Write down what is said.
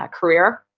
ah career,